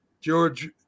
George